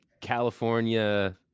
california